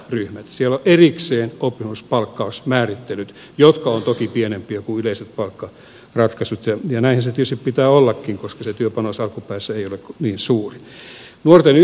siellä on erikseen oppisopimuspalkkausmäärittelyt jotka ovat toki pienempiä kuin yleiset palkkaratkaisut ja näinhän sen tietysti pitää ollakin koska työpanos alkupäässä ei ole niin suuri